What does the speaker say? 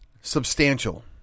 substantial